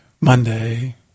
monday